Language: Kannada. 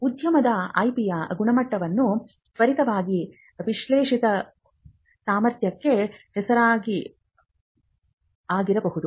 ಉದ್ಯಮವು ಐಪಿಯ ಗುಣಮಟ್ಟವನ್ನು ತ್ವರಿತವಾಗಿ ವಿಶ್ಲೇಷಿಸುವ ಸಾಮರ್ಥ್ಯಕ್ಕೆ ಹೆಸರುವಾಸಿಯಾಗಿದೆ